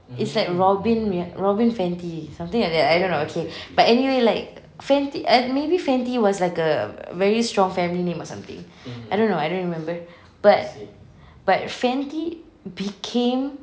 it's like robyn riha~ robyn fenty something like that I don't know okay but anyway like fenty I maybe fenty was like a very strong family name or something I don't know I don't remember but but fenty became